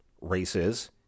races